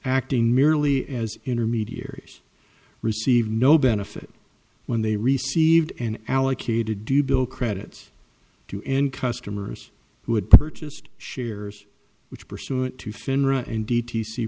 acting merely as intermediaries received no benefit when they received an allocated you bill credits to end customers who had purchased shares which pursuant to